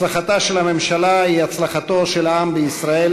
הצלחתה של הממשלה היא הצלחתו של העם בישראל,